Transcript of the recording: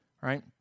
right